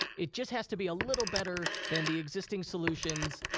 it just has to be a little better than the existing solutions.